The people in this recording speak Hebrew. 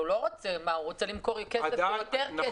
והוא רוצה למכור כסף ביותר כסף.